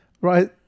Right